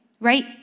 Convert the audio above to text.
right